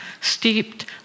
steeped